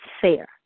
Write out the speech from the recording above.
fair